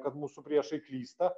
kad mūsų priešai klysta